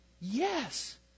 Yes